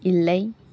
இல்லை